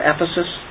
Ephesus